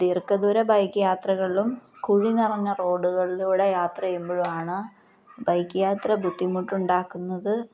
ദീർഘദൂര ബൈക്ക് യാത്രകളിലും കുഴി നിറഞ്ഞ റോഡുകളിലൂടെ യാത്ര ചെയ്യുമ്പോഴും ആണ് ബൈക്ക് യാത്ര ബുദ്ധിമുട്ടുണ്ടാക്കുന്നത്